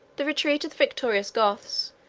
the retreat of the victorious goths,